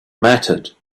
mattered